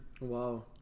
Wow